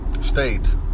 State